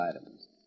items